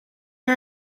her